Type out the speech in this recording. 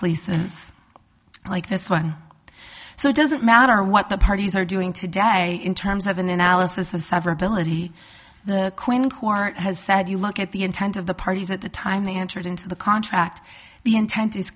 leases like this one so it doesn't matter what the parties are doing to die in terms of an analysis of severability the court has said you look at the intent of the parties at the time they entered into the contract the intent is